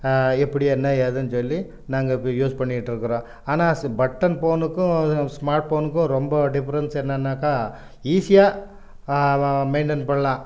எப்படி என்ன ஏதுன்னு சொல்லி நாங்கள் இப்போது யூஸ் பண்ணிக்கிட்டு இருக்கிறோம் ஆனால் ஸ் பட்டன் போனுக்கும் ஸ்மார்ட் போனுக்கும் ரொம்ப டிஃப்ரென்ட்ஸ் என்னென்னாக்கா ஈஸியாக மெயின்டென் பண்ணலாம்